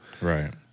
Right